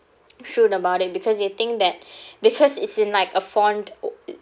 shrewd about it because they think that because it's in like a font o~ err